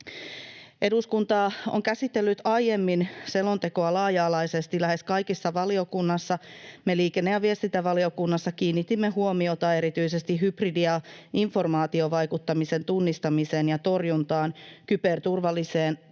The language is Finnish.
Eduskunta on käsitellyt aiemmin selontekoa laaja-alaisesti lähes kaikissa valiokunnissa. Me liikenne- ja viestintävaliokunnassa kiinnitimme huomiota erityisesti hybridi- ja informaatiovaikuttamisen tunnistamiseen ja torjuntaan, kyberturvallisuuteen sekä